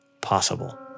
possible